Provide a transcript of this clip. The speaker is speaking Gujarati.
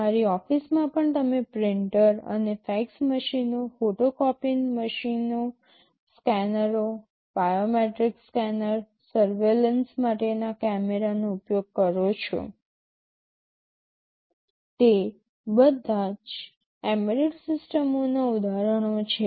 તમારી ઓફિસમાં પણ તમે પ્રિન્ટર અને ફેક્સ મશીનો ફોટોકોપીંગ મશીનો સ્કેનરો બાયોમેટ્રિક સ્કેનર સર્વેલન્સ માટેના કેમેરાનો ઉપયોગ કરો છો તે બધા જ એમ્બેડેડ સિસ્ટમોનાં ઉદાહરણો છે